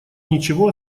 ничего